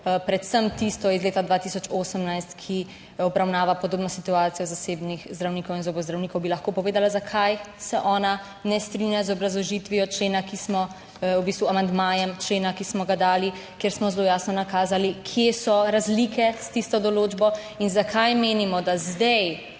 predvsem tisto iz leta 2018, ki obravnava podobno situacijo zasebnih zdravnikov in zobozdravnikov, bi lahko povedala, zakaj se ona ne strinja z obrazložitvijo člena, ki smo, v bistvu amandmajem člena, ki smo ga dali, kjer smo zelo jasno nakazali kje so razlike s tisto določbo in zakaj menimo, da zdaj